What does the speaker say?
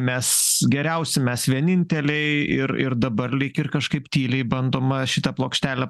mes geriausi mes vieninteliai ir ir dabar lyg ir kažkaip tyliai bandoma šitą plokštelę